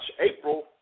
April